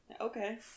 Okay